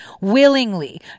willingly